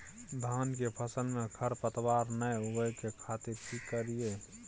धान के फसल में खरपतवार नय उगय के खातिर की करियै?